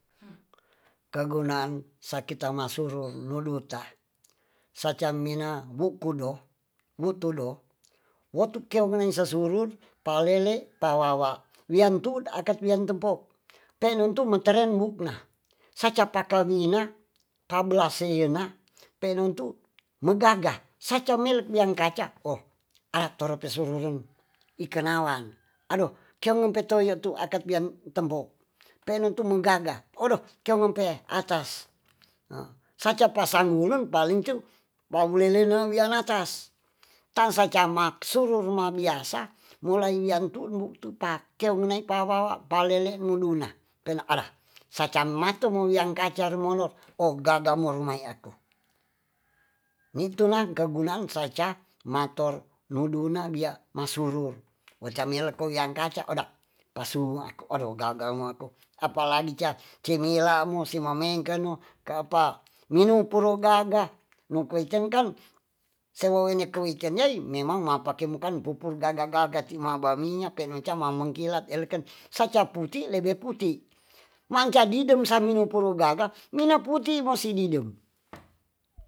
Kaguna'an sakitamasuru rudu'ta sacan mina buk kudo- tudo wotu keimosusuru palele pawawa wiyan tu' akad wiyan te'po pe'no'tu materembu'na sacapakal wi'na pabualese'ina penontu meng gagah sacamel yangkaca oh a'tora pesorurung ikenalan addoh kengonpeto'ye tu'akad bian tembok pe'no'tu meng gagah oddoh kemenpe atas saca pasan ngulun palingcun bawulenewowian atas tansaca ma suru'mabiasa mulai yan tu'du tu'pakeimapawawa palele mulu'na pena'ala sacan mato wulian gacar molor oh gaga murmai'ako ni'tuna kegunaan saca mator nuduna wiya'masurur waca miyako wulian gaca oda'pasumuako adoh gagah mu'ako apalagi cah cenilamo simamengkenno ka'pa minupurogaga nokoitong gam sewowene koiten deim memang mapake mokan pupur gagah ti'ma baminya peno cam mangkilat elekan saca pu'ti lebe pu'ti mangjadi demsaminupuru gaga ni'na pu'ti mosididem